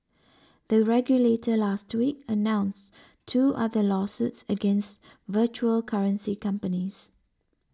the regulator last week announced two other lawsuits against virtual currency companies